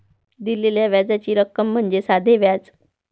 दिलेल्या व्याजाची रक्कम म्हणजे साधे व्याज